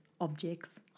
objects